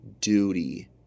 duty